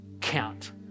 count